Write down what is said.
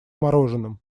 мороженым